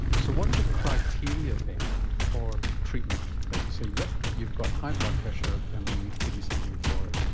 like so what are the criteria then for treatment? you say yep, you've got high blood pressure and we need to give you something for it.